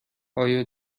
آیا